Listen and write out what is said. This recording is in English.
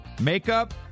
Makeup